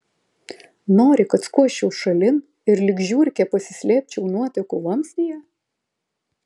nori kad skuosčiau šalin ir lyg žiurkė pasislėpčiau nuotekų vamzdyje